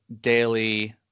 daily